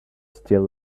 still